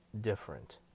different